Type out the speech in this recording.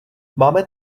máme